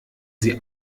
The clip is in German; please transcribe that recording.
sie